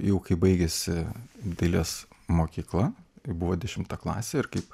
jau kai baigėsi dailės mokykla buvo dešimta klasė ir kaip